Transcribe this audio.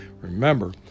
Remember